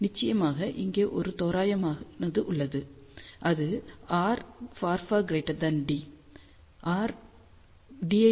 நிச்சயமாக இங்கே ஒரு தோராயமானது உள்ளது அது r d